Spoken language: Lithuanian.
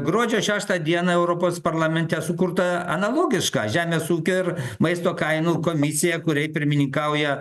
gruodžio šeštą dieną europos parlamente sukurta analogiška žemės ūkio ir maisto kainų komisija kuriai pirmininkauja